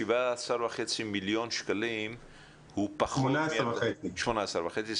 17,500,000 ₪-- 18,500,000. 18,500,000,